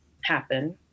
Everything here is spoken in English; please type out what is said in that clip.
happen